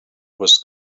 was